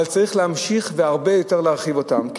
אבל צריך להמשיך ולהרחיב אותם הרבה יותר,